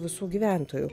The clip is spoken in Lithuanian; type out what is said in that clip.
visų gyventojų